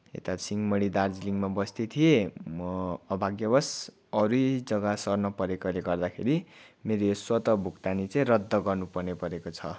यता सिँहमारी दार्जिलिङमा बस्दै थिएँ म अभाग्यवश अरू नै जग्गा सर्न परेकोले गर्दाखेरि मेरो यो स्वतः भुक्तानी चाहिँ रद्द गर्नु पर्ने परको छ